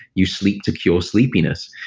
you sleep to cure sleepiness,